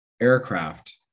aircraft